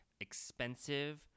expensive